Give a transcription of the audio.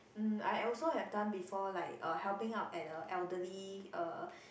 um I also have done before like uh helping out at a elderly uh